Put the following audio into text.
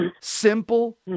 simple